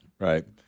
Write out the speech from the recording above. Right